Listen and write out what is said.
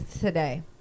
today